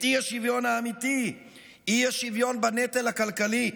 את האי-שוויון האמיתי, האי-שוויון בנטל הכלכלי,